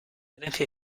herencia